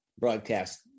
broadcast